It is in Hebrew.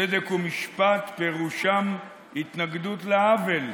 צדק ומשפט פירושם התנגדות לעוול,